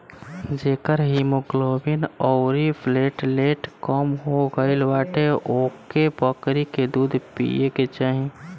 जेकर हिमोग्लोबिन अउरी प्लेटलेट कम हो गईल बाटे ओके बकरी के दूध पिए के चाही